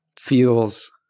feels